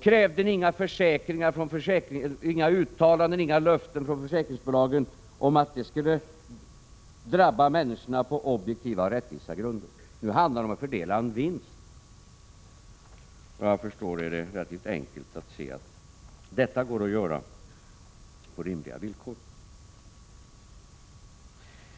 krävde ni inga uttalanden och inga löften från försäkringsbolagen om att förlusterna skulle drabba pensionstagarna på objektiva och rättvisa grunder. Nu handlar det om att fördela en vinst. Efter vad jag förstår är det relativt enkelt att se att det kan göras på rimliga villkor.